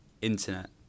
internet